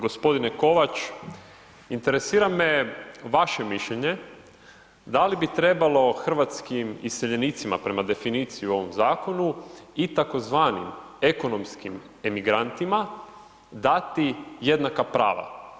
G. Kovač, interesira me vaše mišljenje da li bi trebalo hrvatskim iseljenicima prema definiciji u ovom zakonu i tzv. ekonomskim emigrantima, dati jednaka prava?